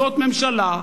זאת ממשלה,